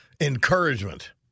encouragement